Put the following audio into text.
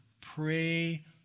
Pray